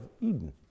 Eden